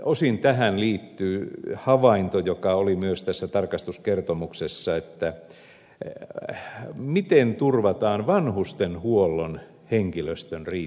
osin tähän liittyy havainto joka oli myös tässä tarkastuskertomuksessa se miten turvataan vanhustenhuollon henkilöstön riittävyys